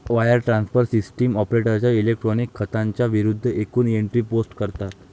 wire transfer system ऑपरेटरच्या electronic खात्यांच्या विरूद्ध एकूण एंट्री पोस्ट करतात